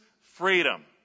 freedom